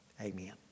Amen